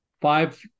five